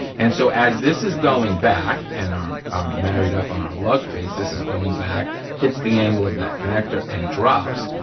and so as this is going back and are married up on our lug face, this is going back, hits the angle of that connector and drops,